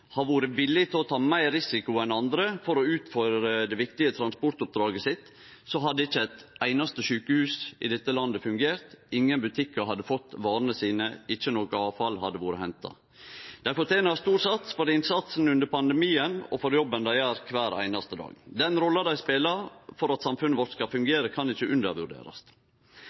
vore villig til å ta meir risiko enn andre for å utføre det viktige transportoppdraget sitt, hadde ikkje eit einaste sjukehus i dette landet fungert – ingen butikkar hadde fått varene sine, ikkje noko avfall hadde blitt henta. Dei fortener stor takk for innsatsen under pandemien og for jobben dei gjer kvar einaste dag. Den rolla dei spelar for at samfunnet vårt skal fungere, kan ikkje undervurderast.